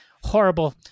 horrible